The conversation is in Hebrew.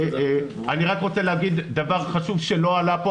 אני רק רוצה להגיד דבר חשוב שלא עלה פה,